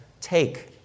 Take